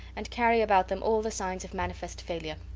and carry about them all the signs of manifest failure.